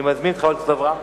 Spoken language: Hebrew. אני מזמין את חברת הכנסת אברהם.